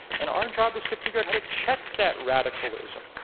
and our job is to figure out how to check that radicalism,